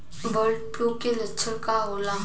Bird flu के लक्षण का होला?